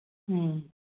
ꯎꯝ